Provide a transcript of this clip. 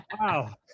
Wow